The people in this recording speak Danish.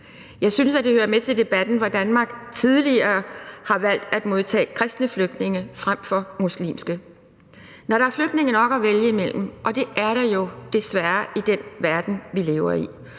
Jeg synes, at det hører med til debatten, at Danmark tidligere har valgt at modtage kristne flygtninge frem for muslimske. Når der er flygtninge nok at vælge mellem, og det er der jo desværre i den verden, vi lever i,